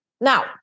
Now